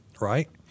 right